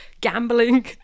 gambling